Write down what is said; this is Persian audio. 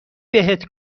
بهت